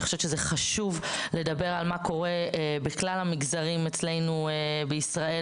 אני חושבת שזה חשוב לדבר על מה קורה בכלל המגזרים אצלנו בישראל,